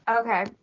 Okay